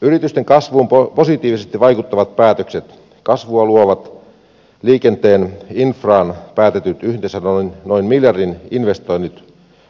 yritysten kasvuun positiivisesti vaikuttavat päätökset kasvua luovat ja liikenteen infraan päätetyt yhteensä noin miljardin investoinnit